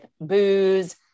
booze